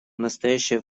настоящее